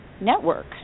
Network